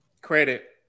credit